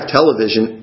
television